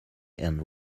end